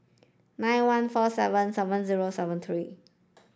nine one four seven seven zero seven three